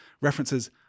references